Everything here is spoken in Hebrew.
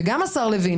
וגם השר לוין